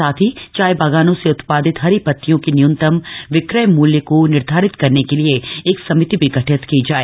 साथ ही चाय बागानों से उत्पादित हरी पतियों के न्यूनतम विक्रय मूल्य को निर्धारित करने के लिए एक समिति भी गठित की जाए